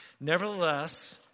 Nevertheless